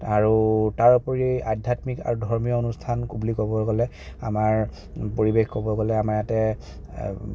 আৰু তাৰ উপৰি আধ্য়াত্মিক আৰু ধৰ্মীয় অনুষ্ঠান বুলি ক'ব গ'লে আমাৰ পৰিৱেশ ক'ব গ'লে আমাৰ ইয়াতে